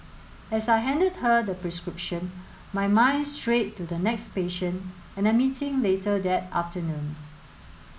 as I handed her the prescription my mind strayed to the next patient and a meeting later that afternoon